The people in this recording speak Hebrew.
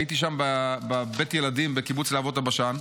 הייתי בבית הילדים בקיבוץ להבות הבשן,